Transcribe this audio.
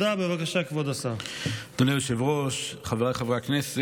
לאדוני השר על הגעתך לענות על